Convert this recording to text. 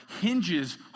hinges